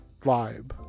vibe